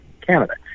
Canada